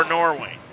Norway